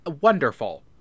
wonderful